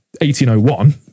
1801